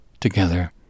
together